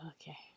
okay